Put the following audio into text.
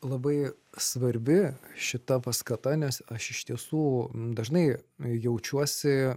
labai svarbi šita paskata nes aš iš tiesų dažnai jaučiuosi